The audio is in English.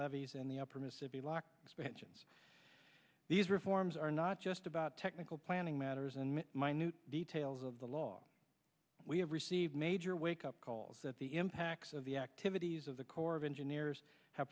levees in the upper mississippi loch expansions these reforms are not just about technical planning matters and minute details of the law we have received major wakeup calls that the impacts of the activities of the corps of engineers h